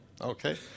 Okay